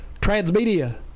Transmedia